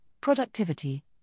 productivity